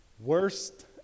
Worst